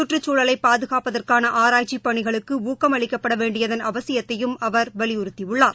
சுற்றுச்சூழலை பாதுகாப்பதற்கான ஆராய்ச்சிப் பணிகளுக்கு ஊக்கம் அளிக்கப்பட வேண்டியதன் அவசியத்தையும் அவர் வலியுறுத்தியுள்ளார்